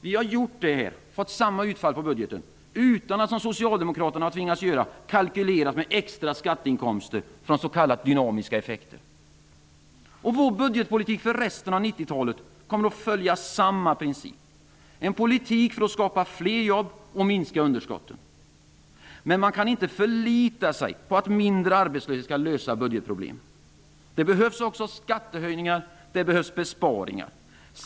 Vi har gjort det utan att, som Socialdemokraterna har tvingats göra, ha kalkylerat med extra skatteinkomster från s.k. Vår budgetpolitik för resten av 1990-talet kommer att följa samma princip -- en politik för att skapa fler jobb och för att minska underskotten. Men man kan inte förlita sig på att mindre arbetslöshet skall lösa budgetproblemen. Det behövs också skattehöjningar och besparingar.